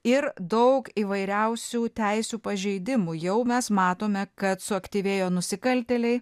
ir daug įvairiausių teisių pažeidimų jau mes matome kad suaktyvėjo nusikaltėliai